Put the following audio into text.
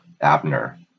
Abner